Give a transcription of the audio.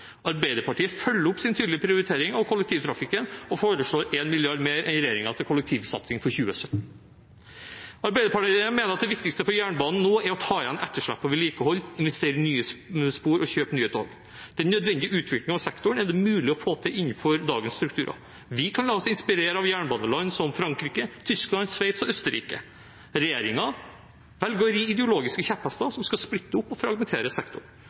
Arbeiderpartiet følger opp sin tydelige prioritering av kollektivtrafikken og foreslår 1 mrd. kr mer enn regjeringen til kollektivsatsing for 2017. Arbeiderpartiet mener at det viktigste for jernbanen nå er å ta igjen etterslep på vedlikehold, investere i nye spor og kjøpe nye tog. Den nødvendige utviklingen av sektoren er det mulig å få til innenfor dagens strukturer. Vi kan la oss inspirere av jernbaneland som Frankrike, Tyskland, Sveits og Østerrike. Regjeringen velger å ri ideologiske kjepphester, som skal splitte opp og fragmentere sektoren.